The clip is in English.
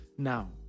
Now